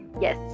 Yes